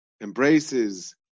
embraces